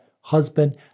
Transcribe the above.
husband